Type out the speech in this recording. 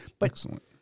excellent